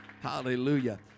Hallelujah